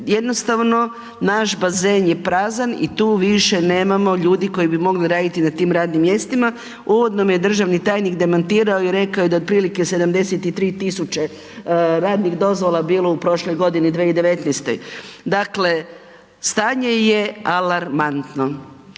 jednostavno naš bazen je prazan i tu nema više ljudi koji bi mogli raditi na tim radnim mjestima, uvodno me je državni tajnik demantirao i rekao da otprilike 73 tisuće radnih dozvola bilo u prošloj godini 2019. Dakle, stanje je alarmantno.